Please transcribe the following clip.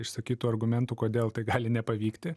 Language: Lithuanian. išsakytų argumentų kodėl tai gali nepavykti